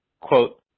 quote